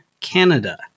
Canada